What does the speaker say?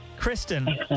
Kristen